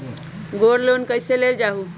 Gold loan कईसे लेल जाहु?